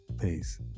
Peace